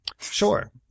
Sure